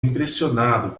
impressionado